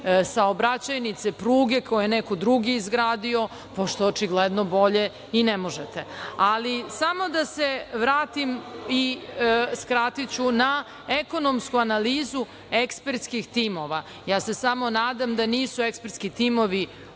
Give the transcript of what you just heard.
saobraćajnice, pruge koji je neko drugi izgradio, pošto očigledno bolje i ne možete. Samo da se vratim, skratiću, na ekonomsku analizu ekspertskih timova. Ja se samo nadam da nisu ekspertski timovi